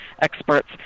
experts